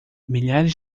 milhares